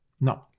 No